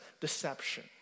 deception